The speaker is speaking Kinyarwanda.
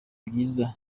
byiza